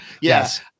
Yes